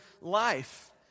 life